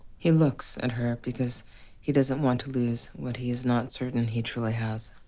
he looks at her because he doesn't want to lose what he is not certain he truly has.